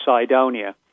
Cydonia